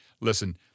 Listen